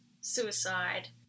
suicide